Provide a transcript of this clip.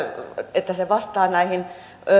että se vastaa näihin